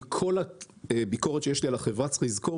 עם כל הביקורת שיש לי על החברה, צריך לזכור